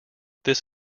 this